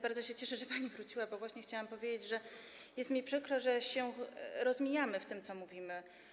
Bardzo się cieszę, że pani wróciła, bo właśnie chciałam powiedzieć, że jest mi przykro, że rozmijamy się w tym, co mówimy.